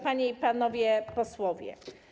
Panie i Panowie Posłowie!